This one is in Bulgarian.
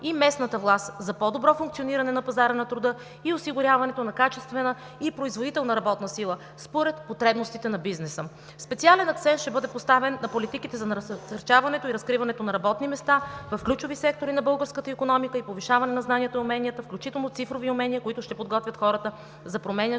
и местната власт за по-добро функциониране на пазара на труда и осигуряването на качествена и производителна работна сила според потребностите на бизнеса. Специален акцент ще бъде поставен на политиките за насърчаването и разкриването на работни места в ключови сектори на българската икономика и повишаване на знанията и уменията, включително цифрови умения, които ще подготвят хората за променящия се